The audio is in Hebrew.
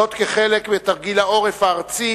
זאת כחלק מתרגיל העורף הארצי